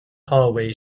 hallway